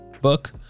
book